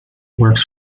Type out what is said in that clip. works